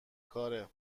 کاره